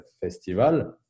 festival